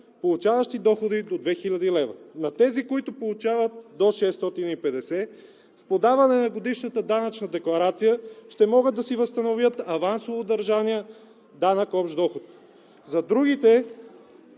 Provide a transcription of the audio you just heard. получаващи доходи до 2 хил. лв. На тези, които получават до 650 лв., с подаването на годишната данъчна декларация ще могат да си възстановят авансово удържания данък общ доход. Другите